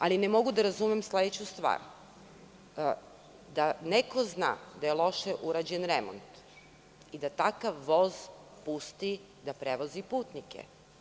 Ali ne mogu da razume sledeću stvar da neko zna da je loše urađen remont i da takav voz pusti da prevozi putnike.